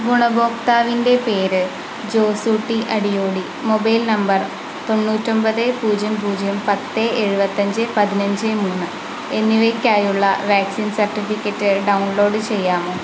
ഗുണഭോക്താവിൻ്റെ പേര് Josootty Adiyodi mobile number തൊണ്ണൂറ്റൊമ്പത് പൂജ്യം പൂജ്യം പത്ത് എഴുപത്തഞ്ച് പതിനഞ്ച് മൂന്ന് എന്നിവയ്ക്കായുള്ള വാക്സിൻ സർട്ടിഫിക്കറ്റ് ഡൗൺലോഡ് ചെയ്യാമോ